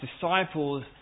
disciples